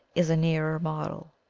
is a nearer model.